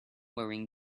wearing